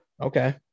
Okay